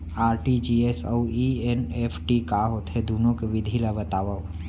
RTGS अऊ NEFT का होथे, दुनो के विधि ला बतावव